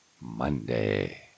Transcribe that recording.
Monday